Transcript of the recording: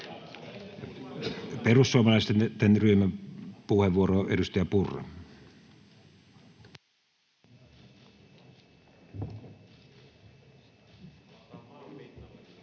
Perussuomalaisten ryhmäpuheenvuoro, edustaja Purra.